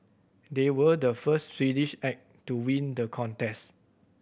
they were the first Swedish act to win the contest